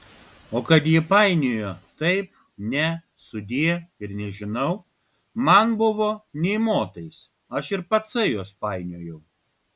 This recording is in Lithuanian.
o kad ji painiojo taip ne sudie ir nežinau man buvo nė motais aš ir patsai juos painiojau